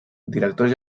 directors